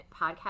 podcast